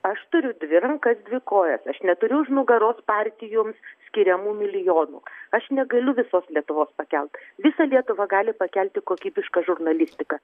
aš turiu dvi rankas dvi kojas aš neturiu už nugaros partijoms skiriamų milijonų aš negaliu visos lietuvos pakelt visą lietuvą gali pakelti kokybiška žurnalistika